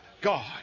God